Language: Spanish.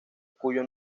cuyo